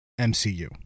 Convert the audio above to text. MCU